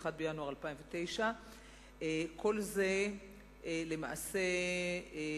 1 בינואר 2009. כל זה למעשה נועד,